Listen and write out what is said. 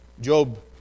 Job